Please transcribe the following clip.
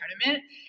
tournament